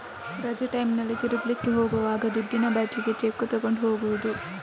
ರಜೆ ಟೈಮಿನಲ್ಲಿ ತಿರುಗ್ಲಿಕ್ಕೆ ಹೋಗುವಾಗ ದುಡ್ಡಿನ ಬದ್ಲಿಗೆ ಚೆಕ್ಕು ತಗೊಂಡು ಹೋಗುದು